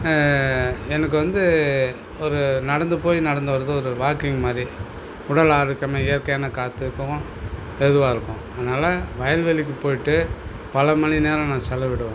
எனக்கு வந்து ஒரு நடந்து போய் நடந்து வரது ஒரு வாக்கிங் மாதிரி உடல் ஆரோக்கியமாக இயற்கையான காற்று இருக்கும் ஏதுவாகருக்கும் அதனால் வயல் வெளிக்கு போயிவிட்டு பல மணி நேரம் நான் செலவிடுவேன்